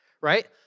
right